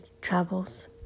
travels